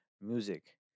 music